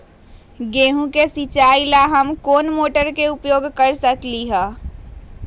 गेंहू के सिचाई ला हम कोंन मोटर के उपयोग कर सकली ह?